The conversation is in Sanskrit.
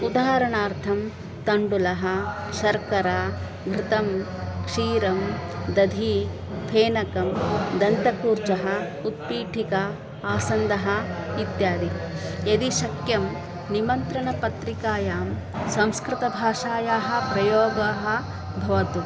उदाहरणार्थं तण्डुलः शर्करा घृतं क्षीरं दधिः फेनकं दन्तकूर्चः उत्पीठिका आसन्दः इत्यादयः यदि शक्यं निमन्त्रणपत्रिकायां संस्कृतभाषायाः प्रयोगाः भवतु